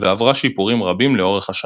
ועברה שיפורים רבים לאורך השנים.